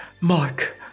Mark